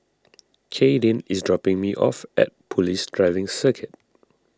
Kadyn is dropping me off at Police Driving Circuit